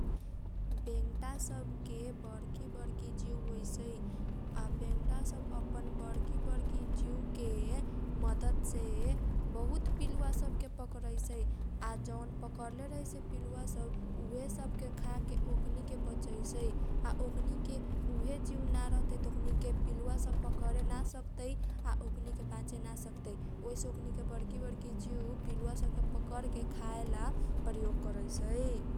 बेंटा सबके बरकी बरकी जिउ होइसै आ बेंटा सब अपन बरकी बरकी जिउके मदतसे बहुत पिलुवा सबके पकरैसै आ जौन पकरले रहैसै पिलुवा सब उहे सबके खाके ओकनीके सब बचैसै आ ओकनीके उहे जिउ नारहतै त ओकनीके पिलुवा सब पकरे नासकतै आ ओकनीके बाचे ना सकतै ओइसे ओकनीके बरकी बरकी जिउ पिलुवा सबके पकरके खाएला प्रयोग करैसै ।